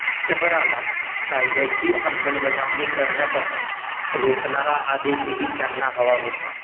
शहराला कायद्याची अंमलबजावणी करण्यापासून रोखणारा आदेशही त्यांना हवा होता